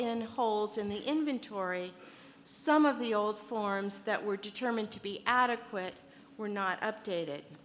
in holes in the inventory some of the old forms that were determined to be adequate were not update